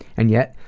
and yet,